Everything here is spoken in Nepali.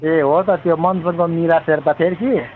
ए हो त त्यो मन्सोङको मिरा शेर्पा थियो कि